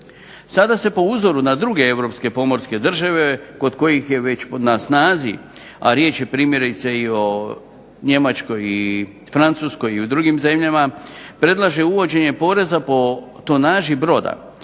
Sada se po uzoru na druge Europske pomorske države kod kojih je već na snazi a riječ je primjerice o Njemačkoj, Francuskoj i drugim zemljama predlaže uvođenje poreza po tonaži broda